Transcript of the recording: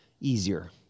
easier